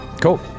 Cool